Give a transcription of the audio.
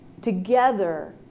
together